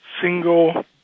single